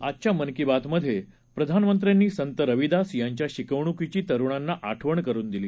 आजच्या मन की बातमधे प्रधानमंत्र्यांनी संत रविदास यांच्या शिकवणीची तरुणांना आठवण करून दिली